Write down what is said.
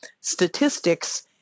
statistics